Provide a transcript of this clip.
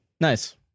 Nice